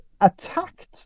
attacked